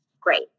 Great